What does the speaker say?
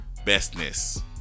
bestness